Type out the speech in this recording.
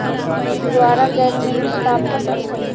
ज्वार ग्रैमीनी का फसल हई